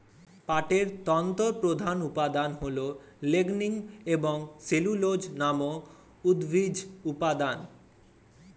পাটের তন্তুর প্রধান উপাদান হল লিগনিন এবং সেলুলোজ নামক উদ্ভিজ্জ উপাদান